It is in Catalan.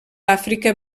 àfrica